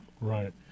Right